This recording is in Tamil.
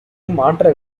மாற்ற